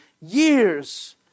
years